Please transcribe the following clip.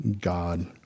God